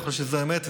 אני חושב שזו האמת.